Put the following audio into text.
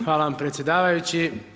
Hvala vam predsjedavajući.